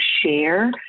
share